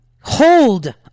hold